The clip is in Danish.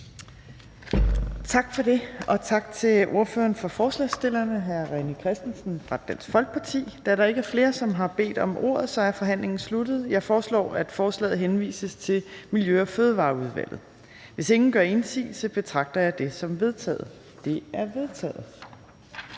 Tak for det, og tak til ordføreren for forslagsstillerne, hr. René Christensen fra Dansk Folkeparti. Da der ikke er flere, som har bedt om ordet, er forhandlingen sluttet. Jeg foreslår, at forslaget til folketingsbeslutning henvises til Miljø- og Fødevareudvalget. Hvis ingen gør indsigelse, betragter jeg det som vedtaget. Det er vedtaget.